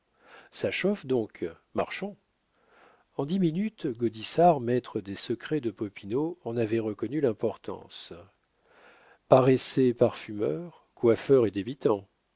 ça chauffe donc marchons en dix minutes gaudissart maître des secrets de popinot en avait reconnu l'importance paraissez parfumeurs coiffeurs et